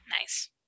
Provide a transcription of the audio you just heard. Nice